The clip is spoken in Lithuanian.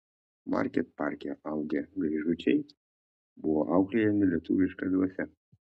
market parke augę gaižučiai buvo auklėjami lietuviška dvasia